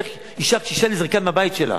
איך אשה קשישה נזרקה מהבית שלה